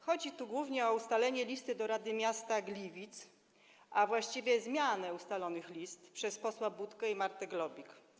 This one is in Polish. Chodzi tu głównie o ustalenie listy do Rady Miasta Gliwice, a właściwie zmianę ustalonych list przez posła Budkę i Martę Golbik.